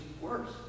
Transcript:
worse